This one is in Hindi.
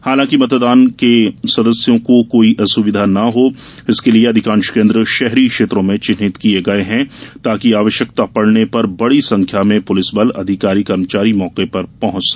हालांकि मतदान के सदस्यों को कोई असुविधा न हो इसके लिए अधिकांश केन्द्र शहरी क्षेत्र में चिन्हित किये गये हैं तांकि आवश्यकता पड़ने पर बड़ी संख्या में पुलिस बल अधिकारी कर्मचारी मौके पर पहुँच सकें